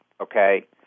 okay